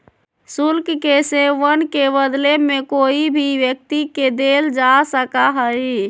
शुल्क के सेववन के बदले में कोई भी व्यक्ति के देल जा सका हई